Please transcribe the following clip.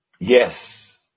yes